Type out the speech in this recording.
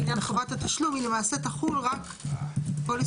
עניין חובת התשלום היא למעשה תחול רק בפוליסות